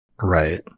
Right